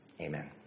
Amen